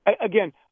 again—